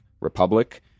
republic